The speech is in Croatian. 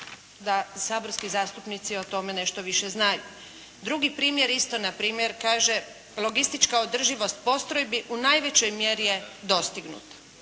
da saborski zastupnici o tome nešto više znaju. Drugi primjer isto na primjer kaže logistička održivost postrojbi u najvećoj mjeri je dostignuta.